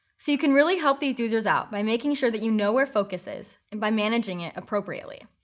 so you can really help these users out by making sure that you know where focus is and by managing it appropriately.